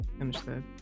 understood